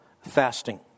fasting